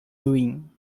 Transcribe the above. doing